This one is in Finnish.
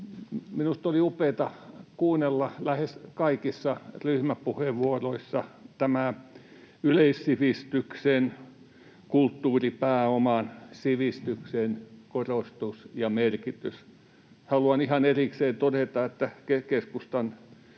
Minusta oli upeata kuulla lähes kaikissa ryhmäpuheenvuoroissa yleissivistyksen, kulttuuripääoman, sivistyksen korostus ja merkitys. Haluan ihan erikseen todeta, että keskustan